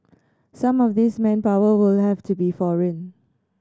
some of this manpower will have to be foreign